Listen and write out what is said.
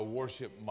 worship